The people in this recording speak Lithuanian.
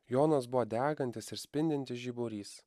jonas buvo degantis ir spindintis žiburys